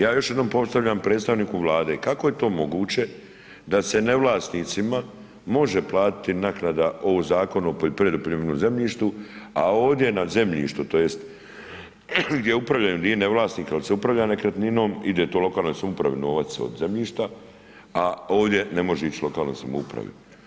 Ja još jednom postavljam predstavniku Vlade, kako je to moguće da se nevlasnicima može platiti naknada o Zakonu o poljoprivrednom zemljištu, a ovdje na zemljištu, tj. gdje upravljaju, nije nevlasnik, ali se upravlja nekretninom, ide to lokalnoj samoupravi novac od zemljišta, a ovdje ne može ići lokalnoj samoupravi.